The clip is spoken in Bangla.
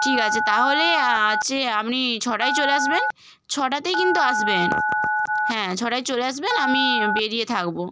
ঠিক আছে তাহলে চে আপনি ছটায় চলে আসবেন ছটাতেই কিন্তু আসবেন হ্যাঁ ছটায় চলে আসবেন আমি বেরিয়ে থাকব